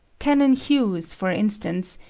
canon hughes, for instance,